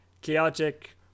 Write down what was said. Chaotic